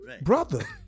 Brother